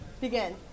Begin